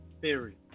theory